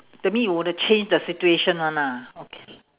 that mean you were to change the situation [one] ah okay